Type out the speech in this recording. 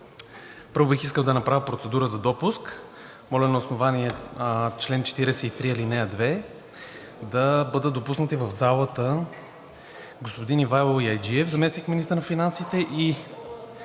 Първо бих искал да направя процедура за допуск. Моля на основание чл. 43, ал. 2 да бъдат допуснати в залата господин Ивайло Яйджиев – заместник-министър на финансите, и